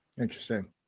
interesting